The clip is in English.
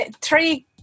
three